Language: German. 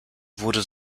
wurde